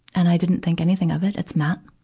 and i didn't think anything of it. it's matt.